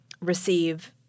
receive